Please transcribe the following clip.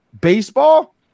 baseball